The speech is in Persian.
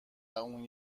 اون